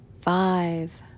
five